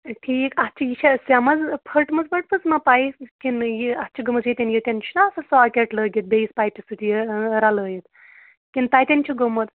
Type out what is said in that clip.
ٹھیٖک اَتھ چھِ یہِ چھےٚ سٮ۪مٕز پھٔٹمٕژ وٕٹمٕژ ما پایِپ کِنہٕ یہِ اَتھ چھِ گٔمٕژ ییٚتٮ۪ن ییٚتٮ۪ن چھُنا آسان ساکٮ۪ٹ لٲگِتھ بیٚیِس پایپہِ سۭتۍ یہِ رَلٲیِتھ کِنۍ تَتٮ۪ن چھُ گوٚمُت